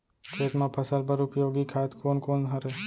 खेत म फसल बर उपयोगी खाद कोन कोन हरय?